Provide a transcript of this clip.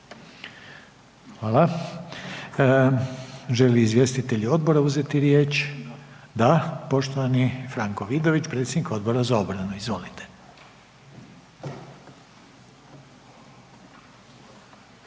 Želi li izvjestitelj odbora uzeti riječ? Da. Poštovani Franko Vidović predsjednik Odbora za obranu. Izvolite.